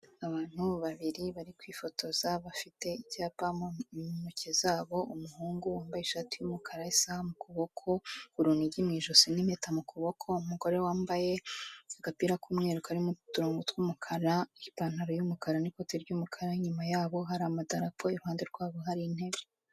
Abantu babiri bari kwifotoza bafite icyapa mu ntoki zabo, umuhungu wambaye ishati y'umukara, isaha mu kuboko, urunigi mu ijosi n'impeta mu kuboko, umugore wambaye agapira k'umweru karimo uturongo tw'umukara n'ipantaro y'umukara n'ikoti ry'umukara, inyuma yabo hari amatara amadarapo, iruhande rwabo hari intebe.